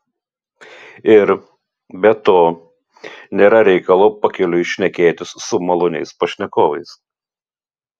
ir be to nėra reikalo pakeliui šnekėtis su maloniais pašnekovais